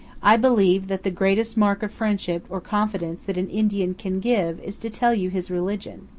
i believe that the greatest mark of friendship or confidence that an indian can give is to tell you his religion.